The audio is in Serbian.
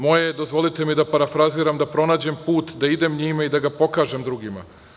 Moje je, dozvolite mi da parafraziram, da pronađem put, da idem njime i da ga pokažem drugima.